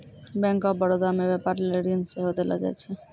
bank of Baroda मे व्यपार लेली ऋण सेहो देलो जाय छै